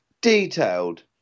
detailed